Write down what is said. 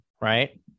right